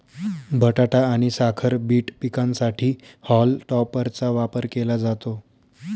बटाटा आणि साखर बीट पिकांसाठी हॉल टॉपरचा वापर केला जातो